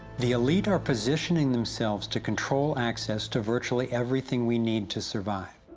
the elite are positioning themselves to control access to virtually everything we need to survive.